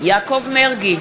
יעקב מרגי,